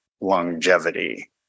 longevity